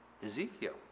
ezekiel